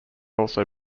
also